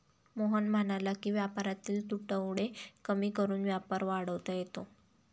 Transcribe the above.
मोहन म्हणाला की व्यापारातील तुटवडे कमी करून व्यापार वाढवता येतो